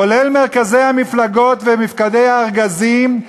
כולל מרכזי המפלגות ומפקדי הארגזים,